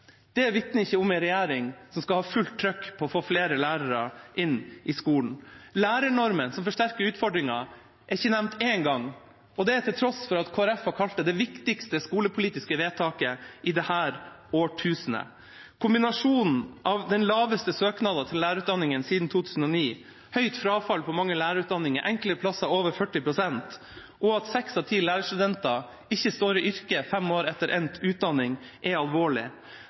Det vitner ikke om en regjering som skal ha fullt trykk på å få flere lærere inn i skolen. Lærernormen, som forsterker utfordringen, er ikke nevnt én gang, og det til tross for at Kristelig Folkeparti har kalt den det viktigste skolepolitiske vedtaket i dette årtusenet. Kombinasjonen av den laveste søkningen til lærerutdanningen siden 2009, høyt frafall på mange lærerutdanninger, enkelte steder over 40 pst., og det at seks av ti lærere ikke står i yrket fem år etter endt utdanning, er alvorlig.